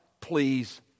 please